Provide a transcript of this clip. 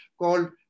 called